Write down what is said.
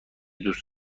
دوست